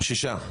שישה מקרים.